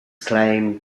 claim